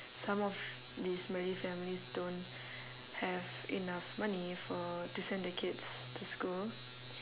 some of these malay families don't have enough money for to send their kids to school